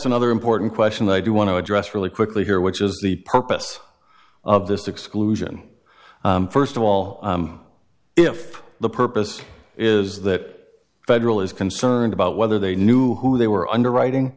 s another important question i do want to address really quickly here which is the purpose of this exclusion first of all if the purpose is that federal is concerned about whether they knew who they were underwriting